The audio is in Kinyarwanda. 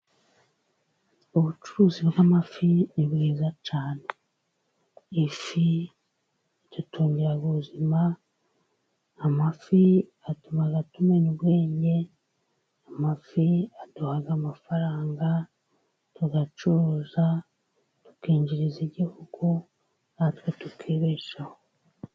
Ubucuruzi bw'amafi ni bwiza cyane. Ifi idutungira ubuzima, amafi atuma tumenya ubwenge. Amafi aduha amafaranga tugacuruza, tukinjiriza igihugu natwe tikibeshaho.